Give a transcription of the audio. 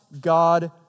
God